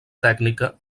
tècnica